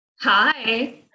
Hi